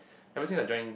Kabersine will join